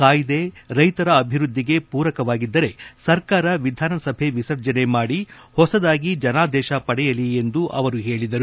ಕಾಯ್ಸೆ ರೈತರ ಅಭಿವೃದ್ಧಿಗೆ ಪೂರಕವಾಗಿದ್ದರೆ ಸರ್ಕಾರ ವಿಧಾನಸಭೆ ವಿಸರ್ಜನೆ ಮಾಡಿ ಹೊಸದಾಗಿ ಜನಾದೇಶ ಪಡೆಯಲಿ ಎಂದು ಅವರು ಹೇಳಿದರು